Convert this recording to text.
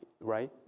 Right